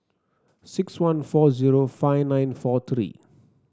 six one four zero five nine four three